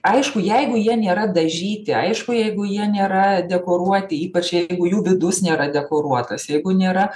aišku jeigu jie nėra dažyti aišku jeigu jie nėra dekoruoti ypač jeigu jų vidus nėra dekoruotas jeigu nėra